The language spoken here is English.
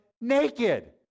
naked